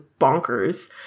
bonkers